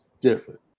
different